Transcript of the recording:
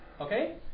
Okay